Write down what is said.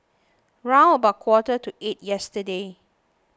round about quarter to eight yesterday